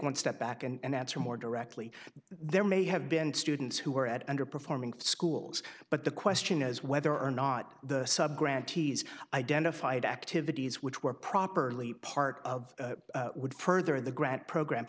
one step back and answer more directly there may have been students who were at underperforming schools but the question is whether or not the subgraph tease identified activities which were properly part of would further the grant program